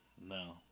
No